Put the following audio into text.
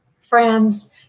friends